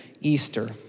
Easter